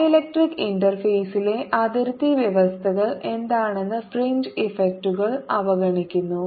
dielectric ഇന്റർഫേസിലെ അതിർത്തി വ്യവസ്ഥകൾ എന്താണെന്ന് ഫ്രിഞ്ച് ഇഫക്റ്റുകൾ അവഗണിക്കുന്നു